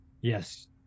Yes